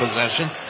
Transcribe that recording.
possession